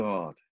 God